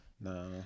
no